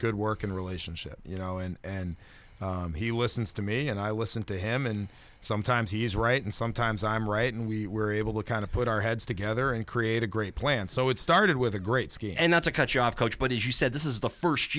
good working relationship you know and he listens to me and i listen to him and sometimes he is right and sometimes i'm right and we were able to kind of put our heads together and create a great plan so it started with a great scheme and not to cut you off coach but as you said this is the first